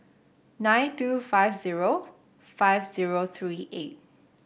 nine two five zero five zero three eight